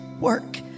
work